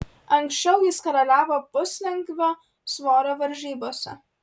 anksčiau jis karaliavo puslengvio svorio varžybose